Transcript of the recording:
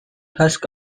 husk